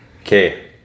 Okay